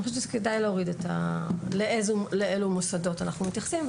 אני חושבת שכדאי להוריד את לאלו מוסדות אנחנו מתייחסים,